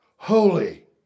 Holy